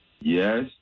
Yes